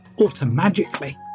automatically